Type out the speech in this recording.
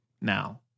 now